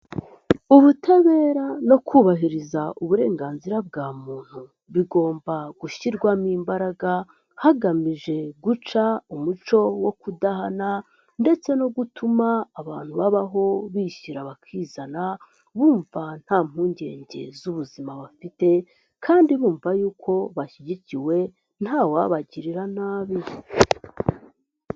Ubutabera no kubahiriza uburenganzira bwa muntu bigomba gushyirwamo imbaraga hagamije guca umuco wo kudahana ndetse no gutuma abantu babaho bishyira bakizana, bumva nta mpungenge z'ubuzima bafite kandi bumva yuko bashyigikiwe ntawabagirira nabi.